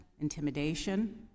intimidation